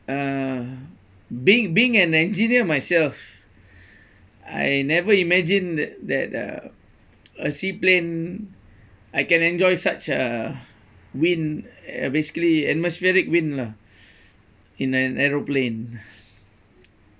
uh being being an engineer myself I never imagine that that uh a sea plane I can enjoy such uh wind uh basically atmospheric wind lah in an aeroplane